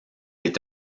est